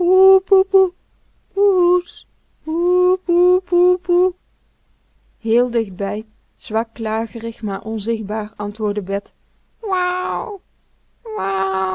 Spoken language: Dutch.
heel dichtbij zwak klagerig maar onzichtbaar antwoordde bet